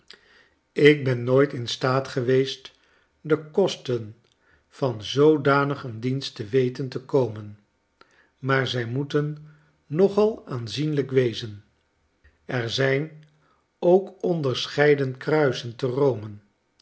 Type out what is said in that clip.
ik ben nooit in staat geweest de kosten van zoodanig een dienst te weten te komen maar zij moeten nogal aanzienlijk wezen er zijn ook onderscheiden kruisen te rome